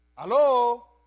Hello